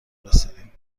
رسیدیم